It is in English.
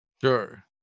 Sure